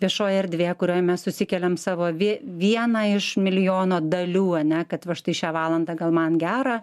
viešoji erdvė kurioj mes susikeliam savo vieną iš milijono dalių ane kad va štai šią valandą gal man gera